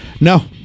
No